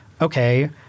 okay